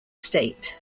state